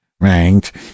ranked